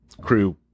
crew